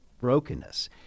brokenness